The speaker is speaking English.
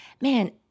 man